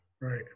Right